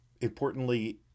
importantly